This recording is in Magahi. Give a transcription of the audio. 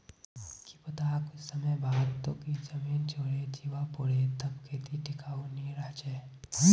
की पता कुछ समय बाद तोक ई जमीन छोडे जीवा पोरे तब खेती टिकाऊ नी रह छे